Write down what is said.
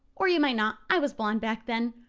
or you might not, i was blonde back then.